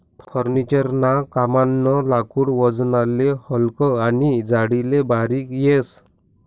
furniture ना कामनं लाकूड वजनले हलकं आनी जाडीले बारीक येस